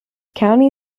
county